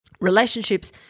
relationships